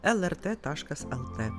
lrt taškas el t